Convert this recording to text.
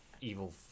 evil